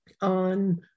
on